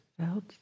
felt